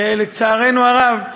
ולצערנו הרב,